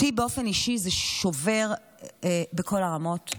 אותי באופן אישי זה שובר בכל הרמות.